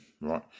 right